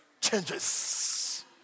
changes